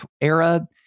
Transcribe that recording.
era